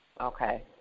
Okay